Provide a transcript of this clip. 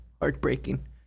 Heartbreaking